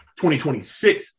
2026